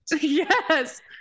yes